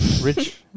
Rich